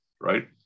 Right